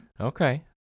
okay